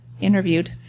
interviewed